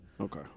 Okay